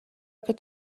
could